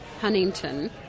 Huntington